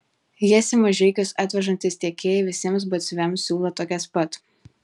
jas į mažeikius atvežantys tiekėjai visiems batsiuviams siūlo tokias pat